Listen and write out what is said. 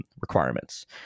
requirements